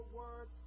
word